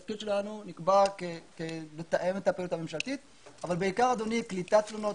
התפקיד שלנו נקבע לתאם את הפעילות הממשלתית אבל בעיקר קליטת תלונות,